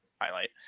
highlight